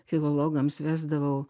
filologams vesdavau